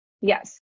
yes